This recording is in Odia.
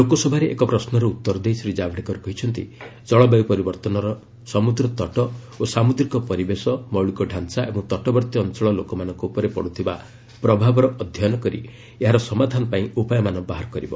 ଲୋକସଭାରେ ଏକ ପ୍ରଶ୍ୱର ଉତ୍ତର ଦେଇ ଶ୍ରୀ ଜାଭଡେକର କହିଛନ୍ତି ଜଳବାୟ ପରିବର୍ତ୍ତନର ସମ୍ବଦ୍ରତଟ ଓ ସାମ୍ବଦ୍ରିକ ପରିବେଶ ମୌଳିକ ଢାଞ୍ଚା ଏବଂ ତଟବର୍ତ୍ତୀ ଅଞ୍ଚଳ ଲୋକମାନଙ୍କ ଉପରେ ପଡ଼ିଥିବା ପ୍ରଭାବର ଅଧ୍ୟୟନ କରି ଏହାର ସମାଧାନ ପାଇଁ ଉପାୟମାନ ବାହାର କରିବ